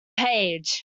page